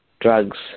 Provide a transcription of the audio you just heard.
drugs